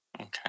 Okay